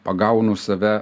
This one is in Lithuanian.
pagaunu save